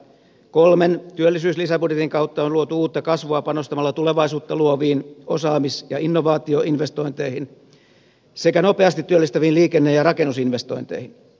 kolmen työllisyyslisäbudjetin kautta on luotu uutta kasvua panostamalla tulevaisuutta luoviin osaamis ja innovaatioinvestointeihin sekä nopeasti työllistäviin liikenne ja rakennusinvestointeihin